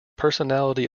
personality